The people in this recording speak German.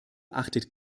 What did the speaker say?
achtet